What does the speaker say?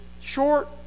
short